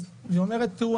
אז היא אומרת: תראו,